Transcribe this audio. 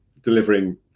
delivering